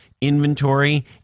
inventory